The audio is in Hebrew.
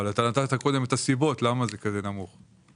נתת קודם את הסיבות למה זה כזה נמוך.